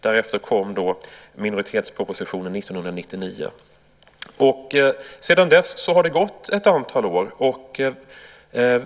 Därefter kom minoritetspropositionen 1999. Sedan dess har det gått ett antal år.